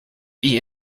die